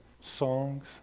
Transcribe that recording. songs